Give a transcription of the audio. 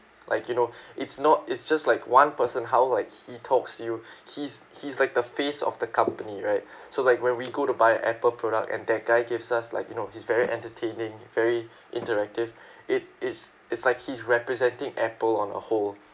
like you know it's not it's just like one person how like he talks you he's he's like the face of the company right so like when we go to buy Apple product and that guy gives us like you know he's very entertaining very interactive it it's it's like he's representing Apple on a whole